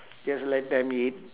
just let them eat